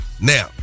Now